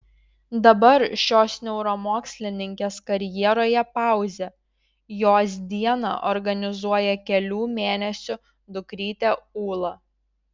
dabar šios neuromokslininkės karjeroje pauzė jos dieną organizuoja kelių mėnesių dukrytė ūla